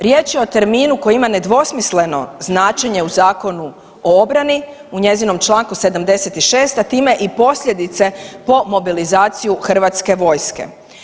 Riječ je o terminu koji ima nedvosmisleno značenje u Zakonu o obrani, u njezinom članku 76. a time i posljedice po mobilizaciju Hrvatske vojske.